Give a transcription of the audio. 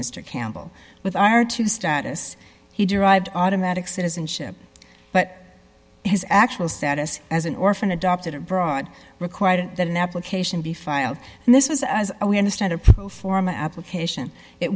mr campbell with our two status he derived automatic citizenship but his actual status as an orphan adopted a broad requirement that an application be filed and this was as we understand a pro forma application it